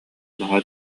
наһаа